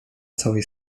całej